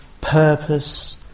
purpose